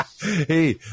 Hey